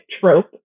trope